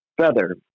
feather